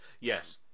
Yes